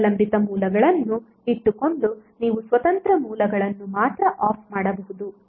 ಅವಲಂಬಿತ ಮೂಲಗಳನ್ನು ಇಟ್ಟುಕೊಂಡು ನೀವು ಸ್ವತಂತ್ರ ಮೂಲಗಳನ್ನು ಮಾತ್ರ ಆಫ್ ಮಾಡಬಹುದು